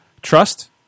trust